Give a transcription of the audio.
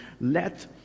Let